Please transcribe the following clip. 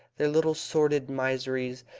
their little sordid miseries,